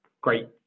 great